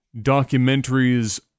documentaries